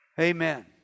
Amen